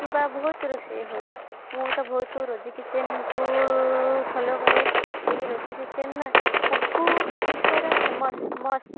କିବା ବହୁତ ରୋଷେଇ ହଉ ମୁଁ ତ ବହୁତ ରୋଜି କିଚେନ କୁ ଫୋଲୋ କରେ ଏହି ରୋଜି କିଚେନ ନା ସବୁଠୁ ଓଡ଼ିଶାର ଫେମସ ମସ୍ତ